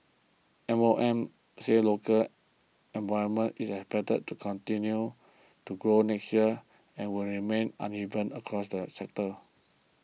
M O M said local employment is expected to continue to grow next year and it will remain uneven across the sectors